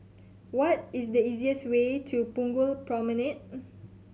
what is the easiest way to Punggol Promenade